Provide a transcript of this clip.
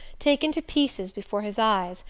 taken to pieces before his eyes,